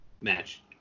match